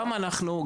גם אנחנו,